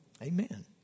Amen